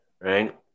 right